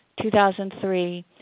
2003